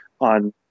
on